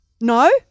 no